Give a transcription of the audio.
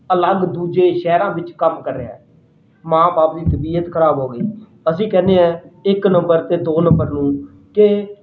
ਅਲੱਗ ਦੂਜੇ ਸ਼ਹਿਰਾਂ ਵਿੱਚ ਕੰਮ ਕਰ ਰਿਹਾ ਮਾਂ ਬਾਪ ਦੀ ਤਬੀਅਤ ਖਰਾਬ ਹੋ ਗਈ ਅਸੀਂ ਕਹਿੰਦੇ ਹੈ ਇੱਕ ਨੰਬਰ ਅਤੇ ਦੋ ਨੰਬਰ ਨੂੰ ਕਿ